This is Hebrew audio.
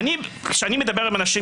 כשאני מדבר עם אנשים,